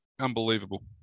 unbelievable